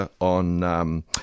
On